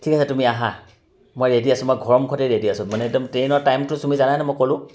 ঠিক আছে তুমি আহাঁ মই ৰেডী আছোঁ মই ঘৰৰ মুখতে ৰেডী আছোঁ মানে একদম ট্ৰেইনৰ টাইমটো তুমি জানাইতো মই ক'লোঁ